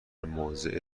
موضع